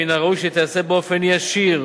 מן הראוי שתיעשה באופן ישיר,